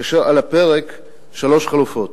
כאשר על הפרק שלוש חלופות: